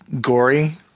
gory